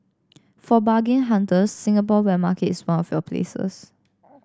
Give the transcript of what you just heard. for bargain hunters Singapore wet market is one of your places